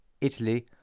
Italy